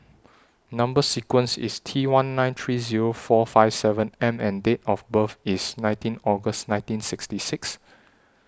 Number sequence IS T one nine three Zero four five seven M and Date of birth IS nineteen August nineteen sixty six